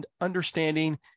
understanding